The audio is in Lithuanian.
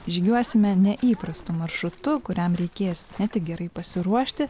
žygiuosime neįprastu maršrutu kuriam reikės ne tik gerai pasiruošti